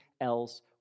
else